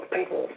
people